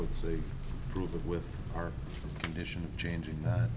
would say group of with our mission changing that